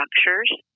structures